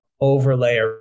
overlay